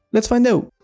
let's find out.